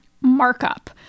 markup